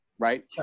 Right